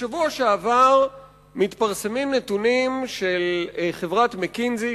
בשבוע שעבר מתפרסמים נתונים של חברת "מקינזי",